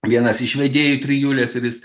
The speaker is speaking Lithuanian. vienas iš vedėjų trijulės ir jis